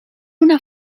una